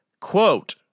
Quote